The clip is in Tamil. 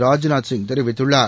ராஜ்நாத் சிங் தெரிவித்துள்ளார்